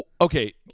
Okay